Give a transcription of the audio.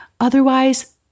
Otherwise